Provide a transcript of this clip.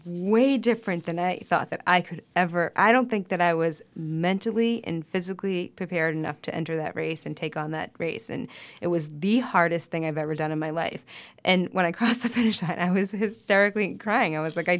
way different than i thought that i could ever i don't think that i was mentally and physically prepared enough to enter that race and take on that race and it was the hardest thing i've ever done in my life and when i crossed the finish line i was hysterically crying i was like i